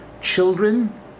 children